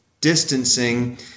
distancing